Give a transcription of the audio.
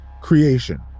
creation